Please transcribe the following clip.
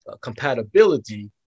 compatibility